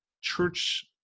church